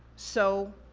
so,